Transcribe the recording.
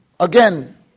Again